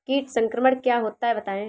कीट संक्रमण क्या होता है बताएँ?